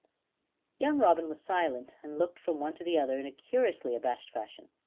young robin was silent, and looked from one to the other in a curiously abashed fashion.